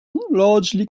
largely